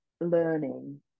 learning